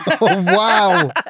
Wow